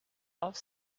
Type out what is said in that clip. auf